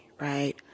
right